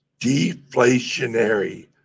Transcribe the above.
deflationary